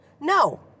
No